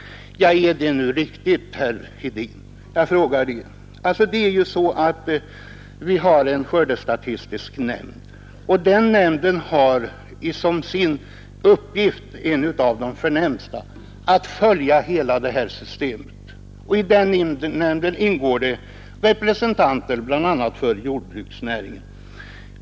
Är det nu helt riktigt, herr Hedin? Det är ju så att vi har en skördestatistisk nämnd. Den nämnden har som en av sina förnämsta uppgifter att följa hela det här systemet. I nämnden ingår representanter för bl.a. jordbruksnäringen.